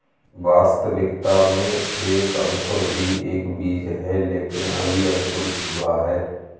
वास्तविकता में एक अंकुर भी एक बीज है लेकिन अभी अंकुरित हुआ है